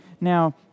Now